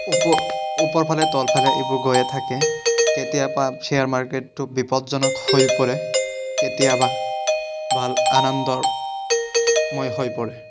ওপ ওপৰফালে তলফালে এইবোৰ গৈয়ে থাকে কেতিয়াবা শ্বেয়াৰ মাৰ্কেটটো বিপদজনক হৈ পৰে কেতিয়াবা ভাল আনন্দময় হৈ পৰে